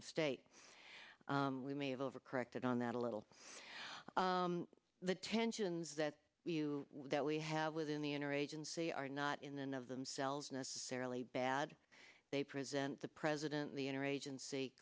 of state we may have overcorrected on that a little the tensions that you that we have within the inner agency are not in the know of themselves necessarily bad they present the president the inner agency